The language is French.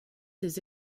des